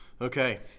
Okay